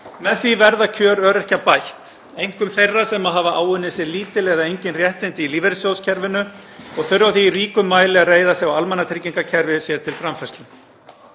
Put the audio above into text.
Með því verða kjör öryrkja bætt, einkum þeirra sem hafa áunnið sér lítil eða engin réttindi í lífeyrissjóðakerfinu og þurfa því í ríkum mæli að reiða sig á almannatryggingakerfið sér til framfærslu.